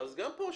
גם פה,